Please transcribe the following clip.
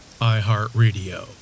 iHeartRadio